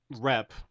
rep